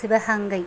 Sivaganga